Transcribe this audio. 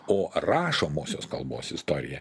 o rašomosios kalbos istoriją